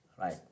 Right